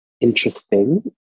interesting